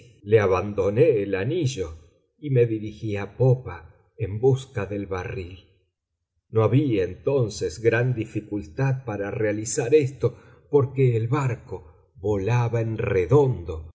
le abandoné el anillo y me dirigí a popa en busca del barril no había entonces gran dificultad para realizar esto porque el barco volaba en redondo con